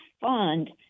fund